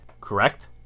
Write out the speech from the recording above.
correct